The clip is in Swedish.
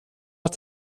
att